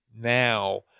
now